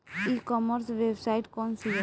ई commerce website कौन सी है?